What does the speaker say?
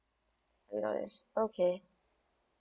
nice okay